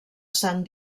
saint